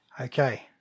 okay